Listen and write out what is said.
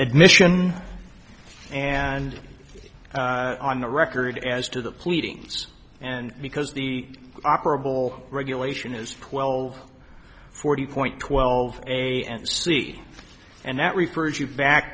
admission and on the record as to the pleadings and because the operable regulation is twelve forty point twelve a n c and that referred you back